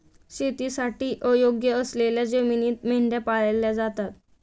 शेतीसाठी अयोग्य असलेल्या जमिनीत मेंढ्या पाळल्या जातात